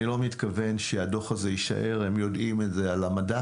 לא שהדוח הזה יישאר על המדף